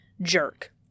jerk